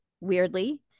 weirdly